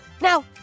Now